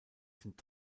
sind